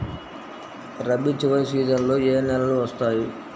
రబీ చివరి సీజన్లో ఏ నెలలు వస్తాయి?